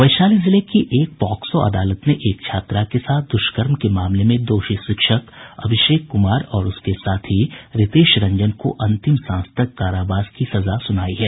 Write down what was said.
वैशाली जिले की एक पाक्सो अदालत ने एक छात्रा के साथ दुष्कर्म के मामले में दोषी शिक्षक अभिषेक कुमार और उसके साथी रितेश रंजन को अंतिम सांस तक कारावास की सजा सुनाई है